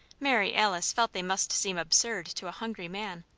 mary alice felt they must seem absurd to a hungry man.